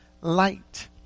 light